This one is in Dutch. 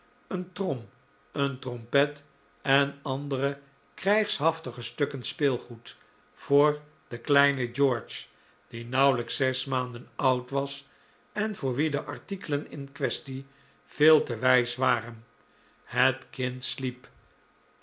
een trom een trompet en andere krijgshaftige stukken speelgoed voor den kleinen george die nauwelijks zes maanden oud was en voor wien de artikelen in quaestie veel te wijs waren het kind sliep